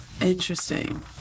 Interesting